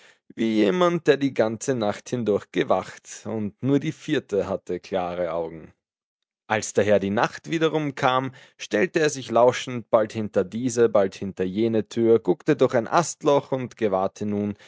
wie jemand der die ganze nacht hindurch gewacht und nur die vierte hatte klare augen als daher die nacht wiederum kam stellte er sich lauschend bald hinter diese bald hinter jene tür guckte durch ein astloch und gewahrte nun